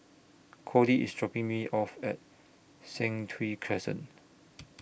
Kody IS dropping Me off At Sentul Crescent